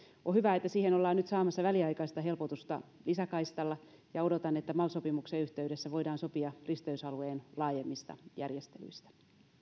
on hyvä että siihen ollaan nyt saamassa väliaikaista helpotusta lisäkaistalla ja odotan että mal sopimuksen yhteydessä voidaan sopia risteysalueen laajemmista järjestelyistä